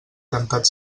cantat